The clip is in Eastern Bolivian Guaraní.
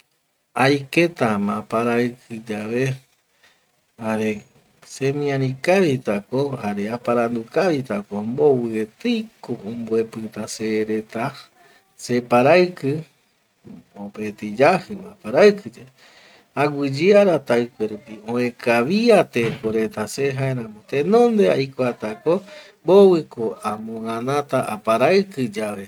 ﻿Aiketama aparaikiyave jare simiari kavitako jare aparandu kavitako, mboviereiko omboepita se reta separaiki mopeti yajima aparaikiyae, aguiyeara taikuerupi oëkavia teko reta se jaeramo tenonde aikuatako, mboviko amogänata aparaiki yave